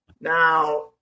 Now